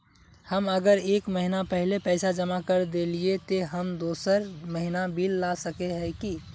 हम अगर एक महीना पहले पैसा जमा कर देलिये ते हम दोसर महीना बिल ला सके है की?